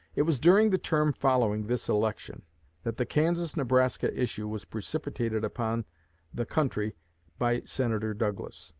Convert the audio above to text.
it was during the term following this election that the kansas-nebraska issue was precipitated upon the country by senator douglas,